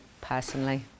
personally